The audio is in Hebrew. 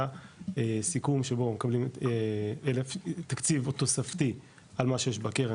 היה סיכום שבו מקבלים תקציב תוספתי על מה שיש בקרן,